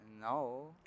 no